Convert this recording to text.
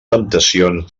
temptacions